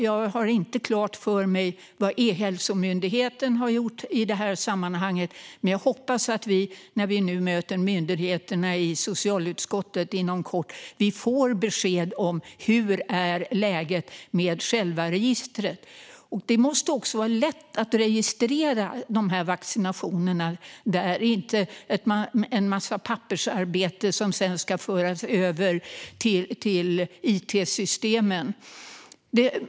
Jag har inte klart för mig vad E-hälsomyndigheten har gjort i sammanhanget, men jag hoppas att socialutskottet när vi inom kort möter myndigheterna får besked om läget vad gäller själva registret. Det måste vara lätt att registrera vaccinationerna. Det ska inte vara en massa pappersarbete som sedan ska föras över till it-systemen.